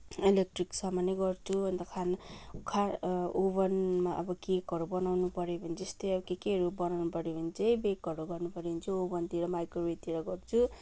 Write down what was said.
electric सामानै गर्छु अनि त खाने ओभनमा अब केकहरू बनाउनु पऱ्यो भने चाहिँ अब जस्तै के केहरू बनाउनु पऱ्यो भने चाहिँ बेकहरू गर्नुपऱ्यो भने चाहिँ ओभनतिर माइक्रोवेभतिर गर्छु